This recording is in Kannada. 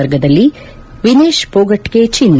ವರ್ಗದಲ್ಲಿ ವಿನೇಶ್ ಪೋಗಟ್ಗೆ ಚಿನ್ನ